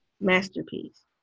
masterpiece